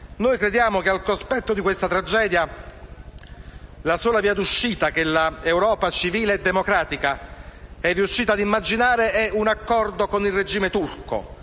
e infinita. Al cospetto di questa tragedia, la sola via d'uscita che l'Europa civile e democratica è riuscita a immaginare è un accordo con il regime turco;